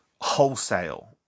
wholesale